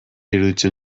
iruditzen